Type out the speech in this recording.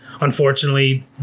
unfortunately